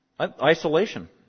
Isolation